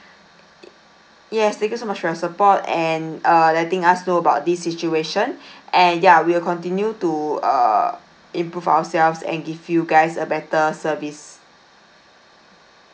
yes thank you so much for your support and uh letting us know about this situation and ya we'll continue to err improve ourselves and give you guys a better service